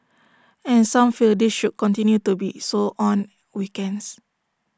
and some feel this should continue to be so on weekends